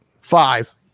five